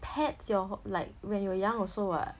pets your like when you were young also what